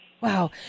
Wow